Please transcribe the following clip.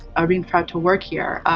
ah being proud to work here.